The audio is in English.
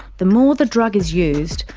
the more the drug is used,